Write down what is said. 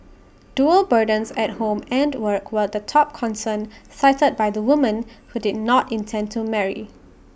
dual burdens at home and work were the top concern cited by the women who did not intend to marry